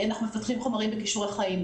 אנחנו מפתחים חומרים בכישורי חיים,